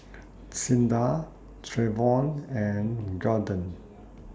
Cinda Trayvon and Garden